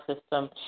system